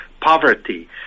poverty